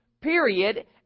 period